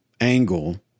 angle